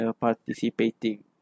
participating